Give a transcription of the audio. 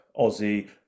Aussie